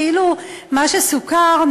ממה שסוקר,